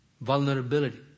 Vulnerability